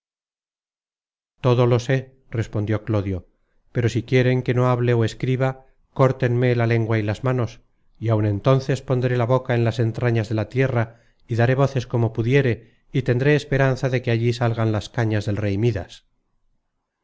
todo lo sé respondió clodio pero si quieren que no hable ó escriba córtenme la lengua y las manos y aun entónces pondré la boca en las entrañas de la tierra y daré voces como pudiere y tendré esperanza que de allí salgan las cañas del rey mídas